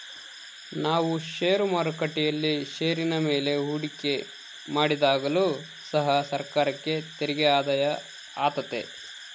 ನಾವು ಷೇರು ಮಾರುಕಟ್ಟೆಯಲ್ಲಿ ಷೇರಿನ ಮೇಲೆ ಹೂಡಿಕೆ ಮಾಡಿದಾಗಲು ಸಹ ಸರ್ಕಾರಕ್ಕೆ ತೆರಿಗೆ ಆದಾಯ ಆತೆತೆ